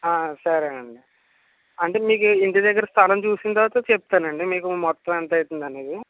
సరే అండి ఆంటే మీకి ఇంటిదగ్గర స్థలం చూసిన తరువాత చెప్తానండి మీకు మొత్తం ఎంత అయితుందనేది